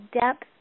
depth